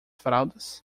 fraldas